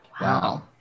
Wow